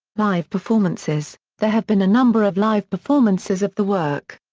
live performances there have been a number of live performances of the work.